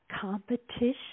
competition